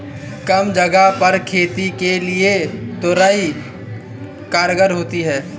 कम जगह पर खेती के लिए तोरई कारगर होती है